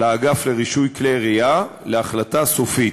לאגף לרישוי כלי ירייה להחלטה סופית.